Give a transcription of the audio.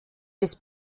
des